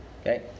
Okay